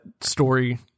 story